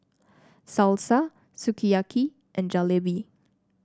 Salsa Sukiyaki and Jalebi